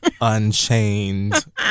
unchained